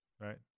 Right